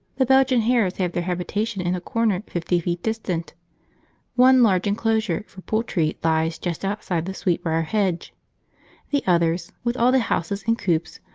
the belgian hares have their habitation in a corner fifty feet distant one large enclosure for poultry lies just outside the sweetbrier hedge the others, with all the houses and coops,